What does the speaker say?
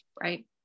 right